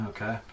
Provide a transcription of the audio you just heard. Okay